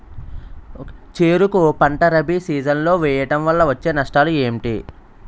చెరుకు పంట రబీ సీజన్ లో వేయటం వల్ల వచ్చే నష్టాలు ఏంటి?